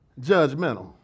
judgmental